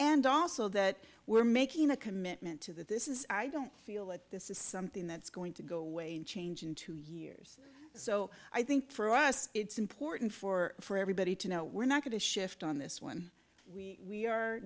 and also that we're making a commitment to that this is i don't feel that this is something that's going to go away and change in two years so i think for us it's important for for everybody to know we're not going to shift on this one we